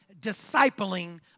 discipling